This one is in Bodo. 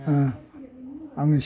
आंनि